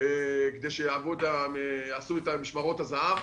כדי שיעשו את משמרות הזה"ב.